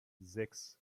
sechs